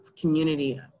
community